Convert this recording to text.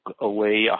away